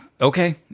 Okay